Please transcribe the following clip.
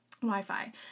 Wi-Fi